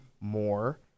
more